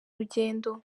urugendo